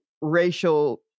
racial